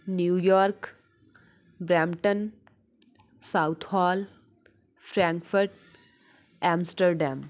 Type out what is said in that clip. New York Brampton southall Frankfurt Amsterdam